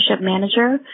manager